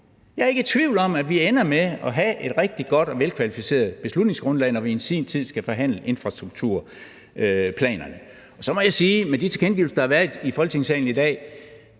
Jeg er ikke i tvivl om, at vi ender med at have et rigtig godt og velkvalificeret beslutningsgrundlag, når vi til sin tid skal forhandle infrastrukturplanerne. Jeg må sige, at med de tilkendegivelser, der har været i Folketingssalen i dag,